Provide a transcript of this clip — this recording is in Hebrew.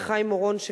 וחיים אורון,